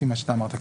לפי מה שאתה אמרת.